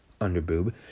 underboob